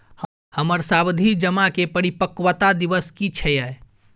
हमर सावधि जमा के परिपक्वता दिवस की छियै?